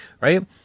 right